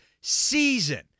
season